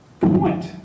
point